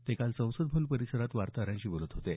ते काल संसद भवन परिसरात वार्ताहरांशी बोलत होते